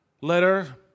letter